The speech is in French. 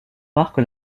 marque